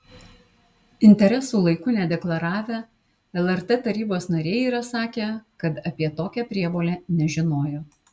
interesų laiku nedeklaravę lrt tarybos nariai yra sakę kad apie tokią prievolę nežinojo